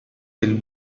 del